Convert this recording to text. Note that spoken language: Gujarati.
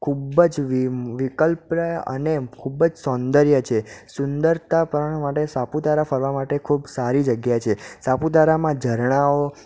ખૂબ જ વિકલ્પ અને ખૂબ જ સૌંદર્ય છે સુંદરતા પ્રાણ માટે સાપુતારા ફરવા માટે ખૂબ સારી જગ્યા છે સાપુતારામાં ઝરણાઓ